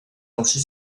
ainsi